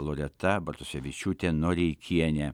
loreta bartusevičiūtė noreikienė